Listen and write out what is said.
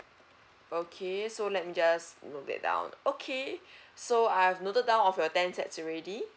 okay so let me just note that down okay so I've noted down of your ten sets already